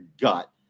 gut